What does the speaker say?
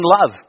love